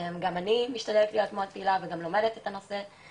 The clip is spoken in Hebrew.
גם אני משתדלת להיות פעילה, וגם לומדת את הנושא.